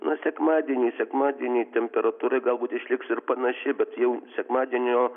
nu sekmadienį sekmadienį temperatūra galbūt išliks ir panaši bet jau sekmadienio